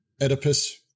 Oedipus